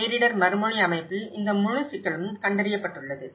பேரிடர் மறுமொழி அமைப்பில் இந்த முழு சிக்கலும் கண்டறியப்பட்டுள்ளது